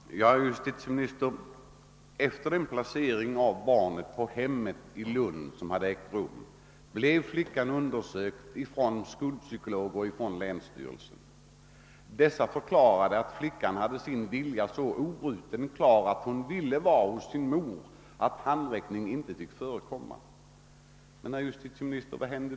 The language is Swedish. Herr talman! Men, herr justitieminister, sedan barnet placerats på hemmet i Lund blev hon undersökt av länsstyrelsens skolpsykologer, som förklarade att flickans vilja var obruten och klar och att hon ville vara hos sin mor, varför handräckning inte fick förekomma. Men vad hände sedan?